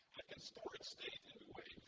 can store its state in the wave,